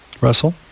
Russell